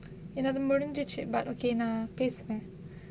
என்னது முடிஞ்சிச்சி:ennathu mudinjichi but okay நா பேசுவேன்:naa pesuvaen